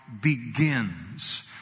begins